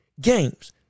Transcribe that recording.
games